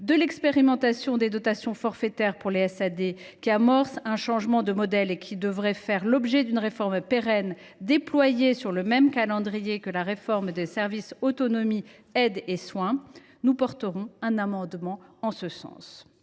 de l’expérimentation des dotations forfaitaires pour les services autonomie à domicile (SAD), qui amorce un changement de modèle et qui devrait faire l’objet d’une réforme pérenne déployée sur le même calendrier que la réforme des services autonomie aide et soins – nous défendrons un amendement en ce sens.